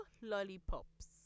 lollipops